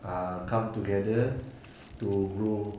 ah come together to grow